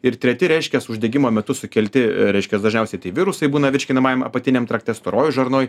ir treti reiškias uždegimo metu sukelti reiškias dažniausiai tai virusai būna virškinamajam apatiniam trakte storojoj žarnoj